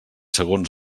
segons